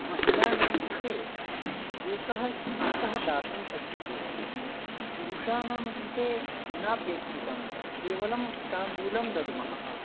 महिलानां कृते एकः स्यूतः दातुं शक्यते पुरुषाणां कृते नापेक्षितं केवलं ताम्बूलं दद्मः